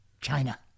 China